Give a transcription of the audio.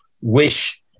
wish